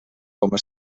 coma